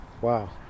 Wow